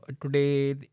today